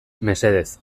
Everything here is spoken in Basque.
mesedez